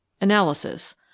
Analysis